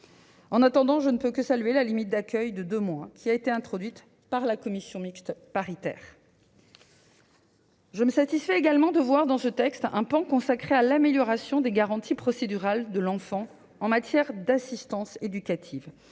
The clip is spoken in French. En attendant, je ne peux que saluer la limite d'accueil de deux mois introduite par la commission mixte paritaire. Je me satisfais également qu'un pan de ce texte soit consacré à l'amélioration des garanties procédurales pour l'enfant en matière d'assistance éducative.